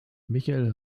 michael